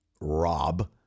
Rob